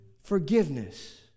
forgiveness